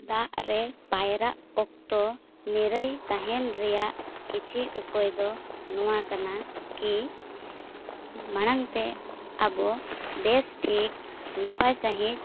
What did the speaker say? ᱫᱟᱜ ᱨᱮ ᱯᱟᱭᱨᱟᱜ ᱚᱠᱛᱚ ᱱᱤᱨᱟᱹᱭ ᱛᱟᱦᱮᱱ ᱨᱮᱭᱟᱜ ᱠᱤᱪᱷᱤ ᱩᱯᱟᱹᱭ ᱫᱚ ᱱᱚᱣᱟ ᱠᱟᱱᱟ ᱠᱤ ᱢᱟᱲᱟᱝᱛᱮ ᱟᱵᱚ ᱵᱮᱥᱴᱷᱤᱠ ᱱᱟᱯᱟᱭ ᱥᱟᱺᱦᱤᱡ